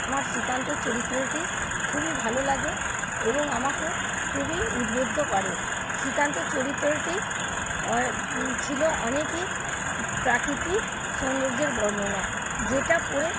আমার শ্রীকান্ত চরিত্রটি খুবই ভালো লাগে এবং আমাকে খুবই উদ্বুদ্ধ করে শ্রীকান্ত চরিত্রটি ছিল অনেকই প্রাকৃতিক সৌন্দর্যের বর্ণনা যেটা পড়ে